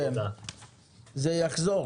זה יחזור